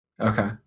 okay